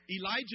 Elijah